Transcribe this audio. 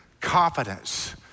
confidence